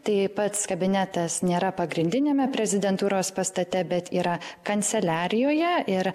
tai pats kabinetas nėra pagrindiniame prezidentūros pastate bet yra kanceliarijoje ir